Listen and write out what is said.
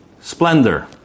splendor